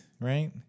right